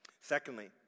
Secondly